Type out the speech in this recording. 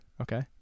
Okay